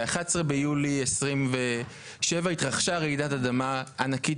ב-11 ביולי 1927 התרחשה רעידת אדמה ענקית